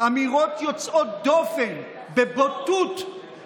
אמירות יוצאות דופן בבוטות,